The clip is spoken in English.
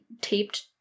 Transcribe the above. Taped